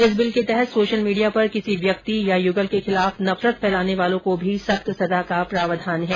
इस बिल के तहत सोशल मीडिया पर किसी व्यक्ति या युगल के खिलाफ नफरत फैलाने वालों को भी सख्त सजा का प्रावधान है